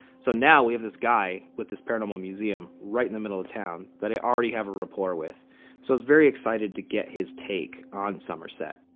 so now we have this guy with a paranormal museum right in the middle of town that i already have a rapport with. so i was very excited to get his take on somerset.